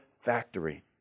factory